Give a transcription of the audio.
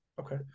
Okay